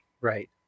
Right